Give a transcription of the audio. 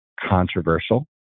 controversial